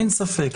אין ספק.